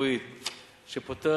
יעקב,